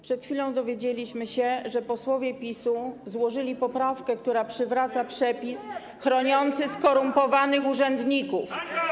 Przed chwilą dowiedzieliśmy się, że posłowie PiS-u złożyli poprawkę, która przywraca przepis chroniący skorumpowanych urzędników.